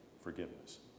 forgiveness